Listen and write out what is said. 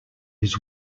his